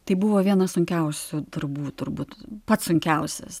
tai buvo vienas sunkiausių darbų turbūt pats sunkiausias